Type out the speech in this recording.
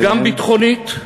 גם ביטחונית,